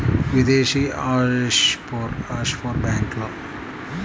విదేశీ ఆఫ్షోర్ బ్యాంక్లో ఉన్న ఖాతా తరచుగా ఆఫ్షోర్ ఖాతాగా వర్ణించబడుతుంది